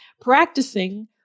practicing